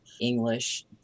english